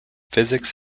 physics